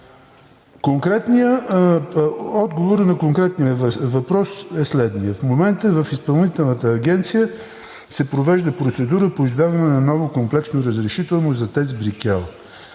Отговорът на конкретния въпрос е следният. В момента в Изпълнителната агенция се провежда процедура по издаване на ново комплексно разрешително за ТЕЦ „Брикел“.